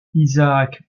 isaac